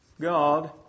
God